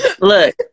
Look